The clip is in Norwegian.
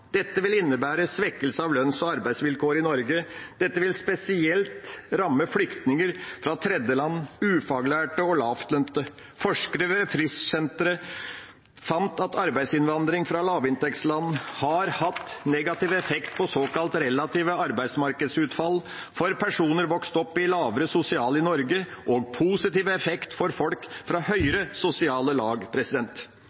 Dette vil innebære en svekkelse av lønns- og arbeidsvilkår i Norge. Dette vil spesielt ramme flyktninger fra tredjeland, ufaglærte og lavtlønte. Forskere ved Frischsenteret fant at arbeidsinnvandring fra lavinntektsland har hatt negativ effekt på såkalt relative arbeidsmarkedsutfall for personer vokst opp i lavere sosiale lag i Norge og positiv effekt for folk fra